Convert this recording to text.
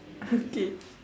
okay